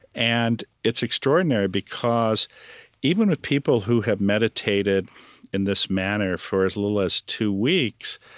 and it's extraordinary because even with people who have meditated in this manner for as little as two weeks,